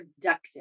productive